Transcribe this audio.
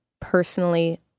personally